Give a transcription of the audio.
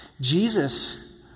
Jesus